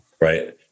right